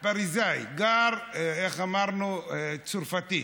פריזאי, איך אמרנו, צרפתי,